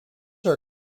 are